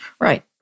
Right